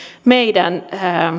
meidän